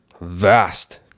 vast